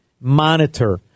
monitor